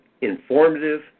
informative